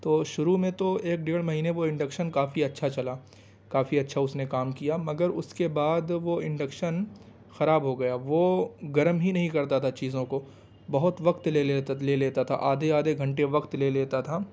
تو شروع میں تو ایک دیڑھ مہینے تو وہ انڈکشن کافی اچھا چلا کافی اچھا اس نے کام کیا مگر اس کے بعد وہ انڈکشن خراب ہو گیا وہ گرم ہی نہیں کرتا تھا چیزوں کو بہت وقت لے لیتا تھا آدھے آدھے گھنٹے وقت لے لیتا تھا